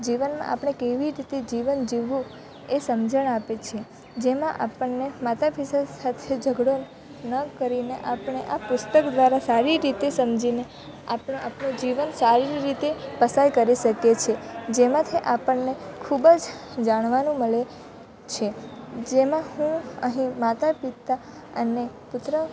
જીવનમાં આપણે કેવી રીતે જીવન જીવવું એ સમજણ આપે છે જેમાં આપણને માતાપિતા સાથે ઝઘડો ન કરીને આપણે આ પુસ્તક દ્વારા સારી રીતે સમજીને આપણે આપણું જીવન સારી રીતે પસાર કરી શકીએ છીએ જેમાંથી આપણને ખૂબ જ જાણવાનું મલે છે જેમાં હું અહીં માતાપિતા અને પુત્ર